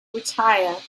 retire